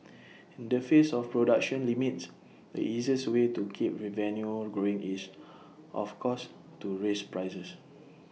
in the face of production limits the easiest way to keep revenue growing is of course to raise prices